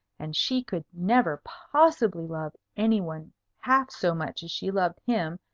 and she could never possibly love any one half so much as she loved him,